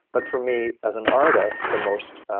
but for me as an artist, the most